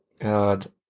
God